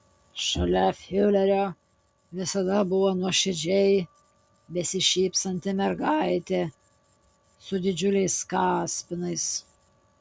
šalia fiurerio visada buvo nuoširdžiai besišypsanti mergaitė su didžiuliais kaspinais